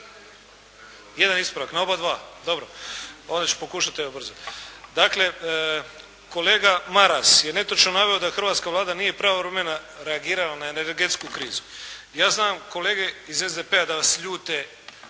Jedan ispravak na oba dva? Dobro. Onda ću pokušati ubrzati. Dakle kolega Maras je netočno naveo da hrvatska Vlada nije pravovremeno reagirala na energetsku krizu. Ja znam kolege iz SDP-a da vas ljute